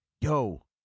Yo